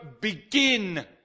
begin